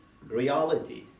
reality